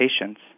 patients